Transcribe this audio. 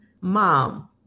Mom